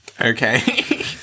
Okay